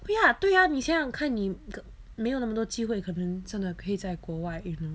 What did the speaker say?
对啊对啊你想想看你没有那么多机会可能真的可以在国外 you know